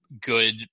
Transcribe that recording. good